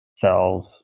cells